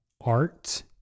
art